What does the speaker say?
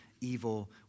evil